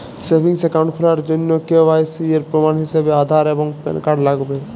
savings account খোলার জন্য KYC এর প্রমাণ হিসেবে আধার এবং প্যান কার্ড লাগবে